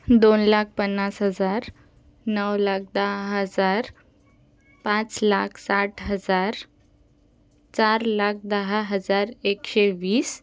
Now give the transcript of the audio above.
दोन लाख पन्नास हजार नऊ लाख दहा हजार पाच लाख साठ हजार चार लाख दहा हजार एकशे वीस